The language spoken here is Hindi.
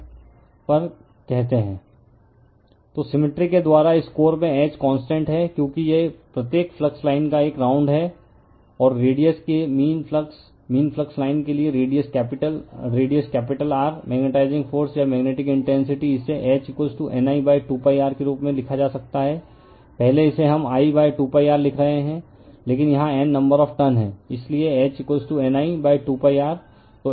रिफर स्लाइड टाइम 1259 तो सिमिट्री के द्वारा इस कोर में H कांस्टेंट है क्योंकि यह प्रत्येक फ्लक्स लाइन का एक राउंड है और रेडिअस के mean flux mean flux line के लिए radius capital radius capital R magnetising force या मेग्नेटिक इंटेंसिटी इसे H N I 2 π R के रूप में लिखा जा सकता है पहले इसे हम I 2π r लिख रहे हैं लेकिन यहाँ N नंबर ऑफ़ टर्न हैं इसलिए H N I 2 π R